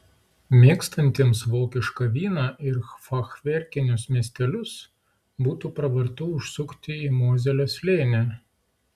mėgstantiems vokišką vyną ir fachverkinius miestelius būtų pravartu užsukti į mozelio slėnį